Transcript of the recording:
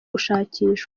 gushakishwa